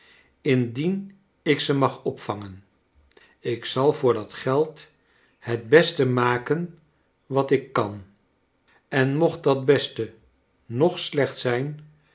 indien ik ze mag opvangen ik zal voor dat geld het beste maken wat ik kan en mocht dat beste nog slecht zijn